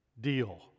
deal